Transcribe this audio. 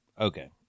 Okay